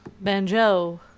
banjo